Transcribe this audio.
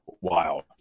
wild